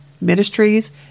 ministries